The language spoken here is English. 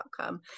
outcome